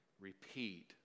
repeat